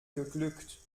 geglückt